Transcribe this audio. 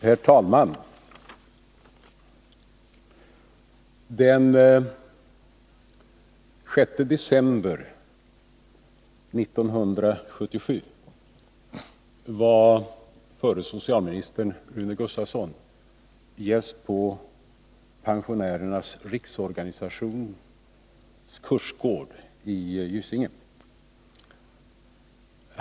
Herr talman! Den 6 december 1977 var förre socialministern Rune Gustavsson gäst på Pensionärernas riksorganisations kursgård i Gysinge.